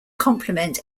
compliment